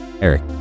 Eric